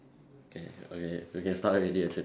K okay we can start already actually